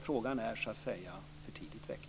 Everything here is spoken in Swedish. Frågan är alltså för tidigt väckt.